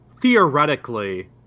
theoretically